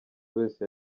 wese